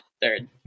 third